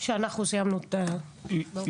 שאנחנו סיימנו אותה.